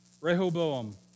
Rehoboam